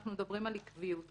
אנחנו מדברים על עקביות.